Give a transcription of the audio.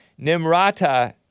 Nimrata